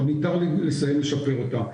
עוד ניתן לסיים לשפר אותה.